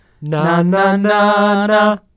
na-na-na-na